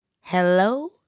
hello